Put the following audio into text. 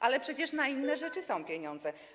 Ale przecież na inne rzeczy są pieniądze.